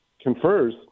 confers